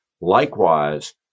Likewise